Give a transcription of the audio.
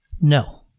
No